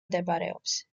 მდებარეობს